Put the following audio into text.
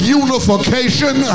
unification